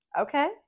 Okay